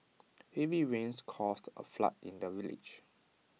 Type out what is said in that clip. heavy rains caused A flood in the village